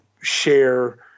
share